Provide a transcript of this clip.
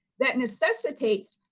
that necessitates,